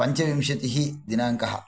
पञ्चविंशतिः दिनाङ्कः